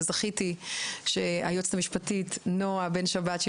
זכיתי שהיועצת המשפטית נעה בן שבת,